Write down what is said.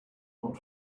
not